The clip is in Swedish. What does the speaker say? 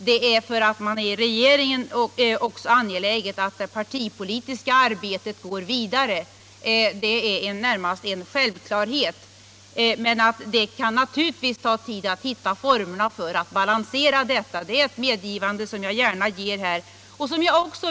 Det är för regeringen också angeläget att det partipolitiska arbetet går vidare. Det är närmast en självklarhet. Det kan naturligtvis ta tid att hitta formerna för att balansera detta — det medgivandet gör jag gärna.